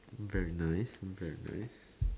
very nice is very nice